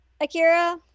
Akira